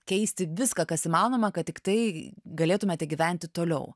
keisti viską kas įmanoma kad tiktai galėtumėte gyventi toliau